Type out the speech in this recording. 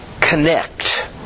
connect